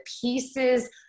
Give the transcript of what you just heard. pieces